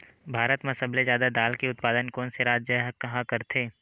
भारत मा सबले जादा दाल के उत्पादन कोन से राज्य हा करथे?